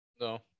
No